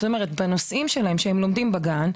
כחלק מהנושאים שנלמדים בגן,